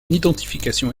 identification